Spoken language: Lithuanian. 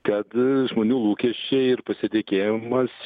kad žmonių lūkesčiai ir pasitikėjimas